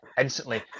instantly